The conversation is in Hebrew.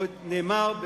נאמר,